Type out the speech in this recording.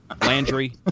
Landry